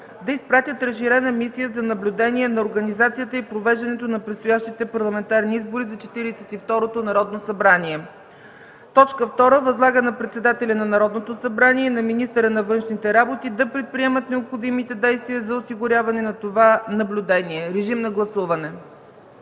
да изпратят разширена мисия за наблюдение на организацията и провеждането на предстоящите парламентарни избори за Четиридесет и второто Народно събрание. 2. Възлага на председателя на Народното събрание и на министъра на външните работи да предприемат необходимите действия за осигуряване на това наблюдение.” Режим на гласуване!